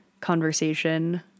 conversation